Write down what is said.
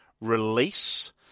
release